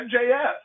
MJS